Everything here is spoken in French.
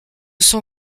son